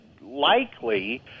likely